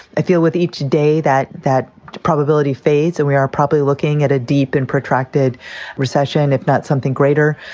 i feel with each day that that probability fades and we are probably looking at a deep and protracted recession, if not something greater.